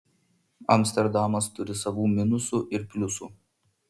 amsterdamas turi savų minusų ir pliusų